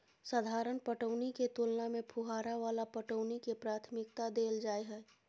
साधारण पटौनी के तुलना में फुहारा वाला पटौनी के प्राथमिकता दैल जाय हय